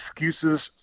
excuses